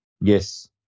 Yes